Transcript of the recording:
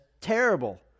terrible